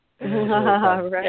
Right